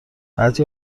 بعضی